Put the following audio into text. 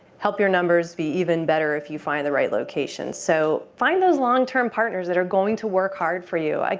your numbers be even better if you find the right location. so find those long-term partners that are going to work hard for you. like